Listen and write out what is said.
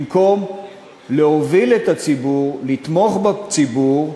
במקום להוביל את הציבור, לתמוך בציבור,